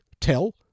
Tell